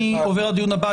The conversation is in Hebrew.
אני עובר לדיון הבא,